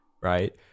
Right